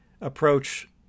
approach